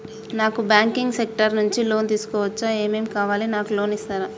నాకు banking sector నుంచి loan తీసుకోవచ్చా? ఏమేం కావాలి? నాకు లోన్ ఇస్తారా?